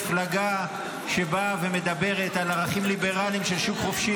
מפלגה שבאה ומדברת על ערכים ליברליים של שוק חופשי,